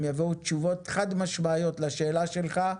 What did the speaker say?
הם יבואו עם תשובות חד משמעיות לשאלה שלך.